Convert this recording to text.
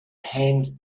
hand